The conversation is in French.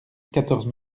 quatorze